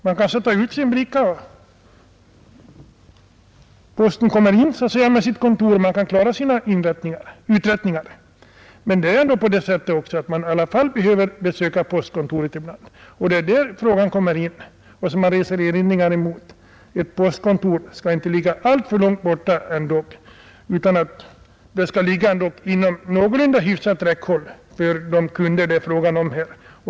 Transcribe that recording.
Man kan sätta ut sin bricka, och posten kommer in med sitt kontor, så att man kan klara sina uträttningar. Men man behöver också besöka det stationära postkontoret ibland, och det är därför jag reser invändningar — ett postkontor skall inte ligga alltför långt borta. Det skall ändock vara beläget inom någorlunda hyfsat räckhåll för kunderna.